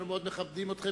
אנחנו מאוד מכבדים אתכם,